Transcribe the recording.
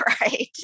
right